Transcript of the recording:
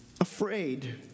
afraid